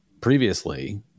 previously